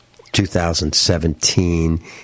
2017